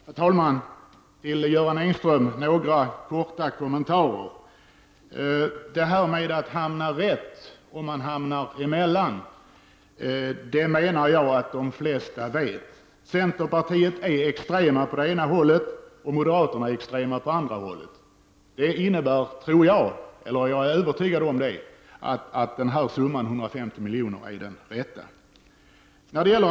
Herr talman! Några korta kommentarer till Göran Engström. Jag menar att de flesta vet att man hamnar rätt om man hamnar mellan centern och moderaterna. Centerpartiet är extremt på den ena kanten och moderaterna på den andra. Jag är övertygad om att summan 150 milj.kr. är den rätta.